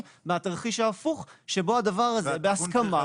מהתרחיש ההפוך שבו הדבר הזה בהסכמה.